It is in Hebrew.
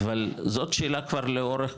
אבל זאת שאלה כבר לאורך